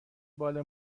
بال